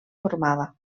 formada